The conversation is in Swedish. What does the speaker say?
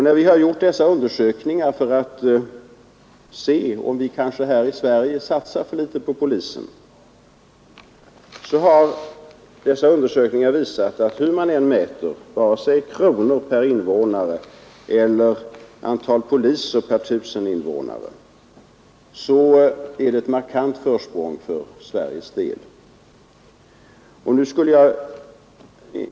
När vi har gjort dessa undersökningar för att se om vi kanske här i Sverige satsar för litet på polisen har det visat sig att hur man än mäter — antingen i kronor per invånare eller i antalet poliser per I 000 invånare — har Sverige ett markant försprång.